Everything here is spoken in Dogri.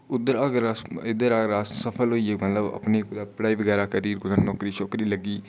उद्धर अगर अस इद्धर अगल अस सफल होई गे मतलब अपनी पढ़ाई बगैरा करियै कुतै नौकरी छोकरी लग्गी गेई